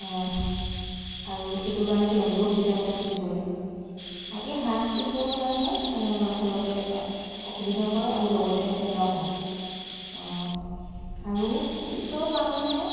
আৰু সেইটোৰ কাৰণে তেওঁলোকেও সুবিধা পায় খুজিবলৈ আৰু এই হাৰাশাস্তিবোৰৰ কাৰণে আচলতে অসুবিধা হয় আৰু লগতে বেয়াও পাওঁ আৰু পুলিচৰ মানুহে